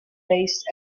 based